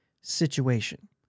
situation